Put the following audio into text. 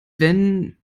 wenn